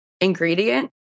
ingredient